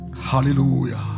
Hallelujah